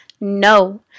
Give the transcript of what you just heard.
No